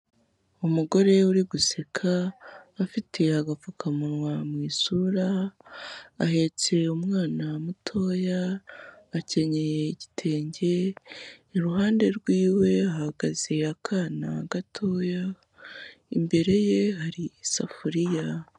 Umugore uri guseka, afite agapfukamunwa mu isura, ahetse umwana mutoya, akenyeye igitenge, iruhande rwiwe hahagaze akana gatoya, imbere ye hari isafuriya.